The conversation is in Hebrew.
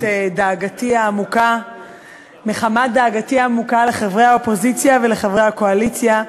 דאגתי העמוקה לחברי האופוזיציה ולחברי הקואליציה.